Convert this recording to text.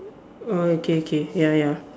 uh K K ya ya